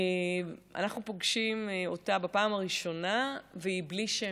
אנחנו פוגשים אותה בפעם הראשונה והיא בלי שם: